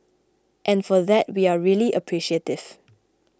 and for that we are really appreciative